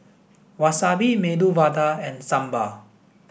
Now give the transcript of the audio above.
Wasabi Medu Vada and Sambar